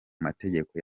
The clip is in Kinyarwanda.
mategeko